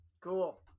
Cool